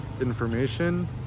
information